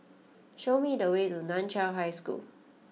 show me the way to Nan Chiau High School